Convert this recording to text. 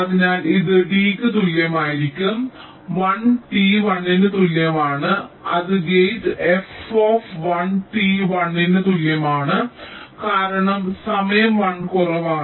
അതിനാൽ ഇത് dക്ക് തുല്യമായിരിക്കും 1 t 1 ന് തുല്യമാണ് അത് ഗേറ്റ് f 1 t 1 ന് തുല്യമാണ് കാരണം സമയം 1 കുറവാണ്